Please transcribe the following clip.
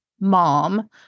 mom